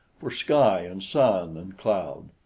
for sky and sun and cloud.